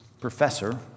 professor